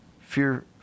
fear